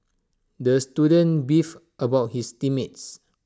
the student beefed about his team mates